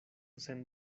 sen